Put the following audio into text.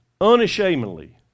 unashamedly